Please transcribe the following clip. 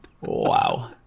Wow